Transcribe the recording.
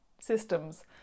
systems